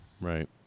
Right